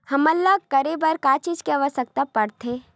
हमन ला करे बर का चीज के आवश्कता परथे?